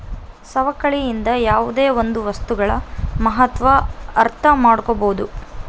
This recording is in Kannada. ಸವಕಳಿಯಿಂದ ಯಾವುದೇ ಒಂದು ವಸ್ತುಗಳ ಮಹತ್ವ ಅರ್ಥ ಮಾಡ್ಕೋಬೋದು